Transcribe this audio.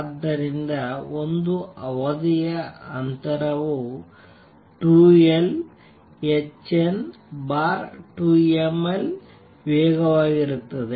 ಆದ್ದರಿಂದ ಒಂದು ಅವಧಿಯ ಅಂತರವು 2 L hn2mL ವೇಗವಾಗಿರುತ್ತದೆ